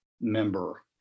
member